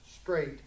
straight